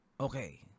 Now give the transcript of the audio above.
Okay